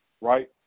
right